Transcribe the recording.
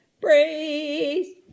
Praise